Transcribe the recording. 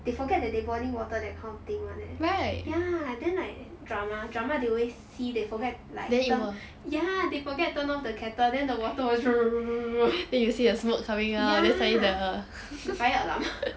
they forget that they boiling water that kind of thing [one] eh ya and then like drama drama they always see they forget like ya they forget turn off the kettle then the water always ya the fire alarm